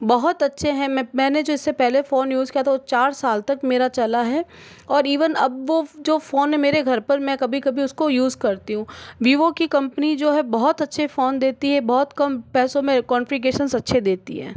बहुत अच्छे हैं मैं मैंने जो इससे पहले फ़ोन यूज़ किया था वह चार साल तक मेरा चला है और इवन अब वह जो फ़ोन है मेरे घर पर मैं कभी कभी उसको यूज़ करती हूँ विवो की कम्पनी जो है बहुत अच्छे फ़ोन देती है बहुत कम पैसों में कंफीग्रेशन्स अच्छे देती है